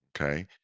Okay